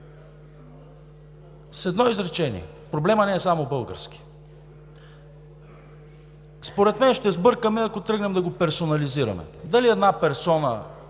С едно изречение – проблемът не е само български. Според мен ще сбъркаме, ако тръгнем да го персонализираме. Дали една персона,